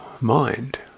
mind